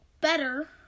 better